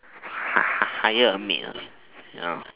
hire a maid ah